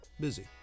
Busy